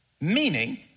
Meaning